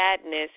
sadness